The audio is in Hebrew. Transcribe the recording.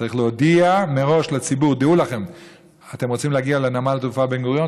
צריך להודיע מראש לציבור: אתם רוצים להגיע לנמל התעופה בן-גוריון,